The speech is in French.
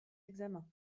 examens